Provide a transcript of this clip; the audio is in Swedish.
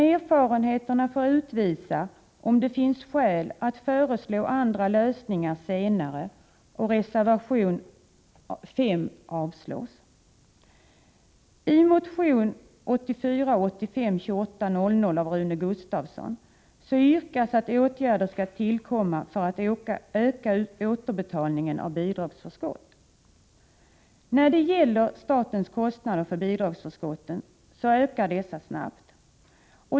Erfarenheterna får utvisa om det finns skäl att föreslå andra lösningar senare. Jag yrkar avslag på reservation 5. I motion 1984/85:2800 av Rune Gustavsson yrkas att åtgärder skall vidtas för att öka återbetalningen av bidragsförskott. Statens kostnader för bidragsförskotten ökar snabbt.